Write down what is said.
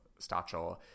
Stachel